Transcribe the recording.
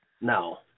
No